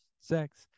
Sex